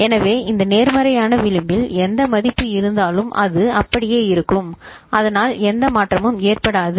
எனவே இந்த நேர்மறையான விளிம்பில் எந்த மதிப்பு இருந்தாலும் அது அப்படியே இருக்கும் அதனால் எந்த மாற்றமும் ஏற்படாது